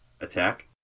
attack